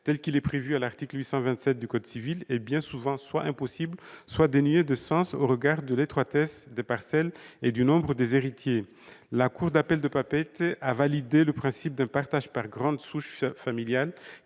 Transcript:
tel qu'il est prévu à l'article 827 du code civil est bien souvent soit impossible, soit dénué de sens au regard de l'étroitesse des parcelles et du nombre d'héritiers. La cour d'appel de Papeete a validé le principe d'un partage par grande souche familiale,